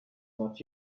not